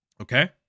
Okay